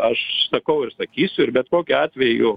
aš sakau ir sakysiu ir bet kokiu atveju